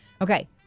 Okay